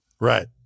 right